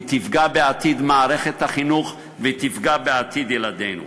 היא תפגע בעתיד מערכת החינוך והיא תפגע בעתיד ילדינו.